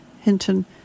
Hinton